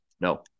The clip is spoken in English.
No